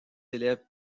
élèves